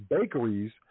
bakeries